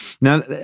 Now